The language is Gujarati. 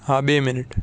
હા બે મિનિટ